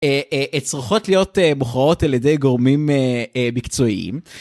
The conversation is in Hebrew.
אה-אה-אה, צריכות להיות אה, בוחרות על ידי גורמים אה... אה, מקצועיים.